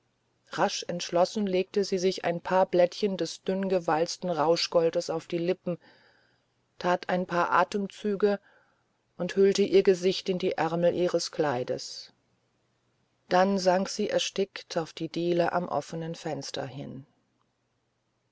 rasch entschlossen legte sie sich ein paar blättchen des dünngefalzten rauschgoldes auf die lippen tat ein paar atemzüge und hüllte ihr gesicht in die ärmel ihres kleides dann sank sie erstickt auf die diele am offenen fenster hin